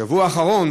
בשבוע האחרון